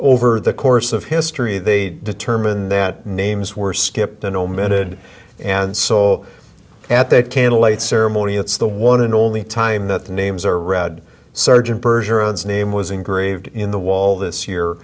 over the course of history they determined that names were skipped and omitted and so at that candlelight ceremony it's the one and only time that the names are read sergeant bergeron's name was engraved in the wall this year